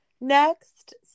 next